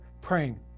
praying